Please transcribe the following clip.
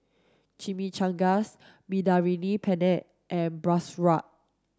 Chimichangas Mediterranean Penne and Bratwurst